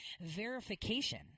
verification